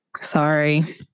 sorry